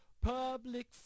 public